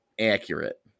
accurate